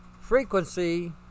frequency